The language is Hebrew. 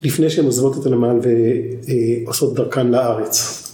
לפני שהן עוזבות את הנמל ועושות דרכן לארץ.